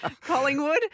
Collingwood